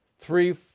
Three